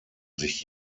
sich